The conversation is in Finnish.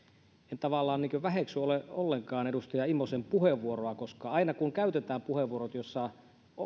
en tavallaan väheksy ollenkaan edustaja immosen puheenvuoroa koska aina kun käytetään puheenvuoro jossa